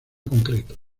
concreto